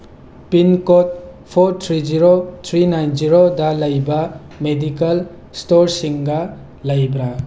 pincode four three zero three nine ꯖꯤꯔꯣꯗ ꯂꯩꯕ medical ꯏꯁꯇꯣꯔꯁꯤꯡꯒ ꯂꯩꯕ꯭ꯔ